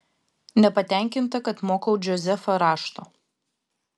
nepatenkinta kad mokau džozefą rašto